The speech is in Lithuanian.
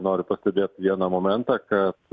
noriu pastebėt vieną momentą kad